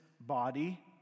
body